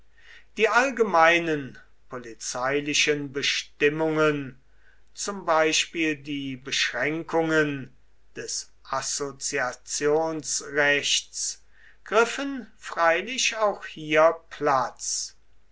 die allgemeinen polizeilichen bestimmungen zum beispiel die beschränkungen des assoziationsrechts griffen freilich auch hier platz